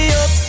up